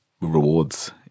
rewards